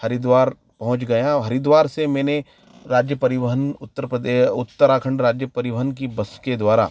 हरिद्वार पहुँच गया और हरिद्वार से मैंने राज्य परिवहन उत्तर प्रदे उत्तराखंड राज्य परिवहन की बस के द्वारा